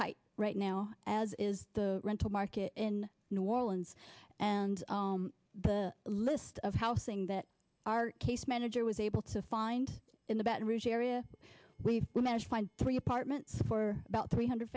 tight right now as is the rental market in new orleans and the list of house thing that our case manager was able to find in the baton rouge area we've managed find three apartments for about three hundred